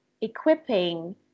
equipping